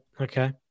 Okay